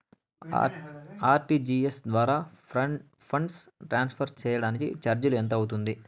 RTGS ద్వారా funds transfer సేయడానికి చార్జీలు ఎంత అవుతుంది